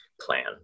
plan